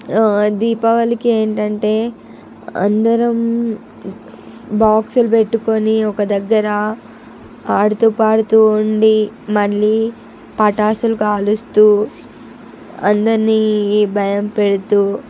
దీపావళికి ఏంటి అంటే అందరం బాక్సులు పెట్టుకొని ఒక దగ్గర ఆడుతూ పాడుతూ ఉండి మళ్ళీ పటాసులు కాలుస్తూ అందరినీ భయం పెడుతూ